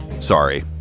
Sorry